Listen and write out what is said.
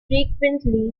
frequently